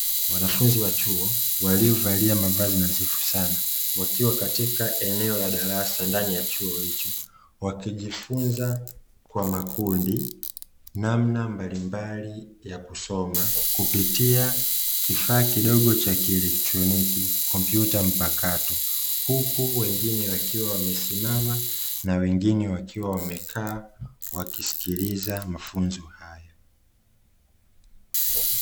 Wanafunzi wa chuo, waliovalia mavazi nadhifu sana, wakiwa katika eneo la darasa ndani ya chuo hicho, wakijifunza kwa makundi, namna mbalimbali ya kusoma, kupitia kifaa kidogo cha kielectroniki, kompyuta mpakato, huku wengine nwakiwa wamesimama na wengine wakiwa wamekaa, wakisikiliza mafunzo hayo.